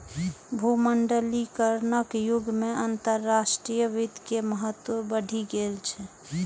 भूमंडलीकरणक युग मे अंतरराष्ट्रीय वित्त के महत्व बढ़ि गेल छै